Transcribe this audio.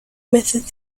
meses